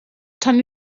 tan